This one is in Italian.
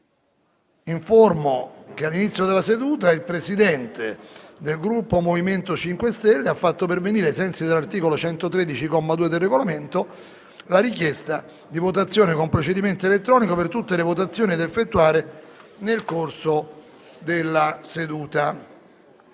che all'inizio della seduta il Presidente del Gruppo MoVimento 5 Stelle ha fatto pervenire, ai sensi dell'articolo 113, comma 2, del Regolamento, la richiesta di votazione con procedimento elettronico per tutte le votazioni da effettuare nel corso della seduta.